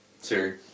Siri